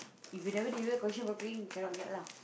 if you never do that question cannot get lah